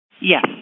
Yes